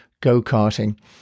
go-karting